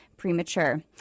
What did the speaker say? premature